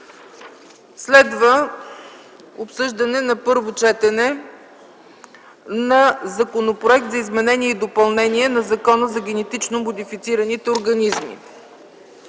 разгледа на първо четене Законопроекта за изменение и допълнение на Закона за генетично модифицирани организми.